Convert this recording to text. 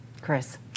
Chris